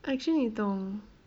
actually 你懂